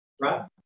right